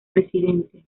presidente